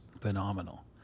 Phenomenal